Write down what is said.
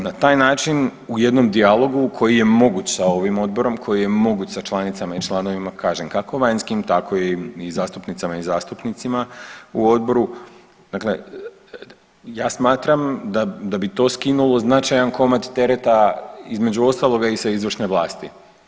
Na taj način u jednom dijalogu koji je moguć s ovim odborom, koji je moguć sa članicama i članovima kažem kako vanjskim tako i zastupnicama i zastupnicima u odboru, dakle ja smatram da bi to skinulo značajan komad tereta između ostaloga i sa izvršne vlasti.